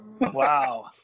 Wow